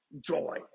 Joy